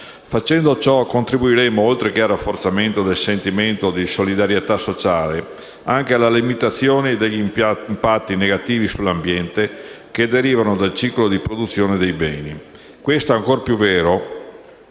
Facendo ciò contribuiremo, oltre che al rafforzamento del sentimento di solidarietà sociale, anche alla limitazione degli impatti negativi sull'ambiente, che derivano dal ciclo di produzione dei beni. Questo è ancora più vero